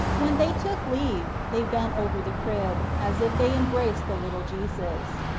when they took leave they bent over the crib, as if they embraced the little jesus.